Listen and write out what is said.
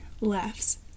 laughs